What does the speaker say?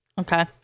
okay